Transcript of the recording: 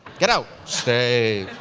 get out. stay.